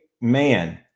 man